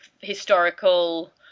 historical